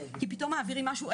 כי פתאום מעבירים משהו,